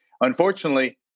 Unfortunately